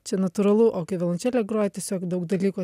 čia natūralu o kai violončelė groja tiesiog daug dalykų